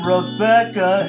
Rebecca